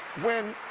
when